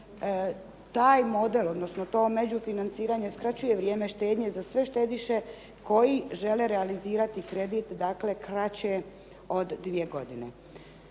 Taj model, odnosno to međufinanciranje skraćuje vrijeme štednje za sve štediše koji žele realizirati kredit, dakle kraće od dvije godine.